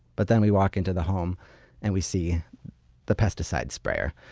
but then we walk into the home and we see the pesticide sprayer.